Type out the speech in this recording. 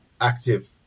active